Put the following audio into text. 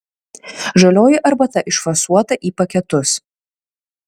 žalioji arbata išfasuota į paketus